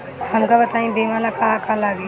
हमका बताई बीमा ला का का लागी?